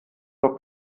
nur